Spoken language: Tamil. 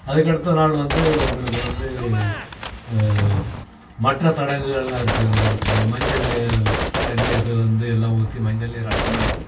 அதுக்கு அடுத்த நாள் வந்து உங்களுக்கு வந்து மற்ற சடங்குகளெலாம் இருக்குது இருக்குங்க மஞ்சள் தண்ணி எடுத்து வந்து எல்லாம் ஊற்றி மஞ்சள் நீராட்டுமாதிரி